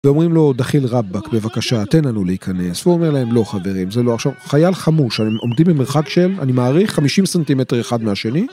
ואומרים לו דחיל רבאק בבקשה תן לנו להיכנס, והוא אומר להם לא חברים, זה לא עכשיו חייל חמוש, הם עומדים במרחק של, אני מעריך 50 סנטימטר אחד מהשני,